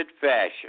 fashion